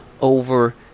over